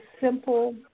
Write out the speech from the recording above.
simple